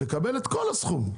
לקבל את כל הסכום.